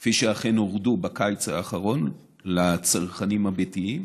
כפי שאכן נעשה בקיץ האחרון, לצרכנים הביתיים,